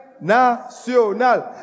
national